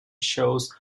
shows